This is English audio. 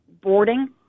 boarding